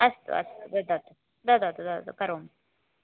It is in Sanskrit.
अस्तु अस्तु ददातु ददातु ददातु करोमि